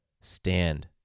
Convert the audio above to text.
stand